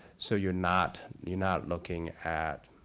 so you're not you're not looking at